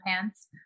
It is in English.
pants